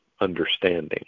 understanding